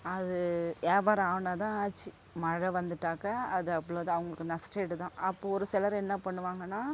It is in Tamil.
அது வியாபாரம் ஆனால் தான் ஆச்சு மழை வந்துட்டாக்க அது அவ்வளோ தான் அவங்களுக்கு நஸ்ட ஈடு தான் அப்போது ஒரு சிலர் என்ன பண்ணுவாங்கன்னா